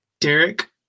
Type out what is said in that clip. Derek